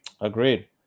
Agreed